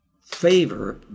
favor